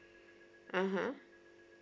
mmhmm